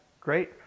Great